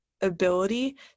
ability